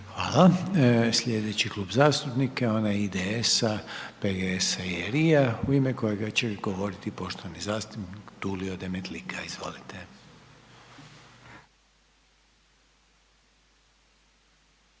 Hvala. Sljedeći Klub zastupnika je onaj IDS-a, PGS-a i RI-a, u ime kojeg će govoriti poštovani zastupnik Tulio Demetlika, izvolite.